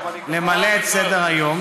למלא את סדר-היום.